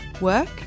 work